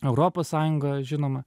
europos sąjunga žinoma